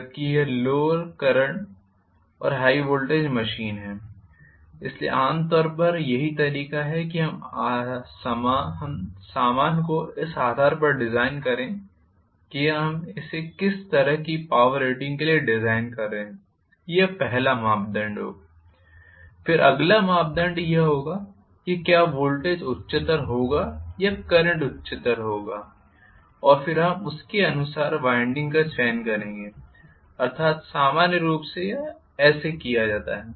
जबकि यह lower current और हाई वोल्टेज मशीन है इसलिए आमतौर पर यही तरीका है कि हम सामान को इस आधार पर डिजाइन करें कि हम इसे किस तरह की पावर रेटिंग के लिए डिजाइन कर रहे हैं यह पहला मापदंड होगा फिर अगला मानदंड यह होगा कि क्या वोल्टेज उच्चतर होगा या करंट उच्चतर होगा और फिर हम उसके अनुसार वाइंडिंग का चयन करेंगे अर्थात सामान्य रूप से यह ऐसे किया जाता है